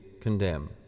condemn